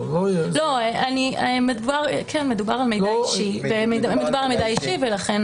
מדובר על מידע אישי ולכן